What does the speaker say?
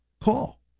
call